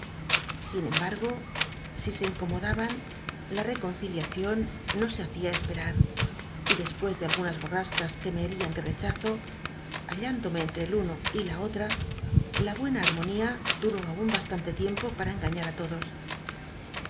sin embargo si se incomodaban la reconciliacion no se hacia esperar y despues de algunas bormsc ts que me hcrian de rechazo hall indome entre el uno y la otra la buena armonía duró aun bastante tiempo para engañar á lodos